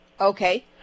Okay